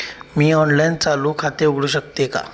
मी online चालू खाते उघडू शकते का?